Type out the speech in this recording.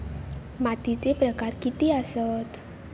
मातीचे प्रकार किती आसत?